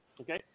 Okay